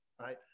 right